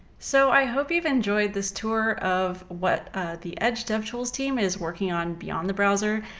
so i hope you've enjoyed this tour of what the edge devtools team is working on beyond the browser,